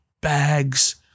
bags